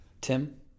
Tim